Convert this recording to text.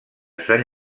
sant